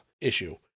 issue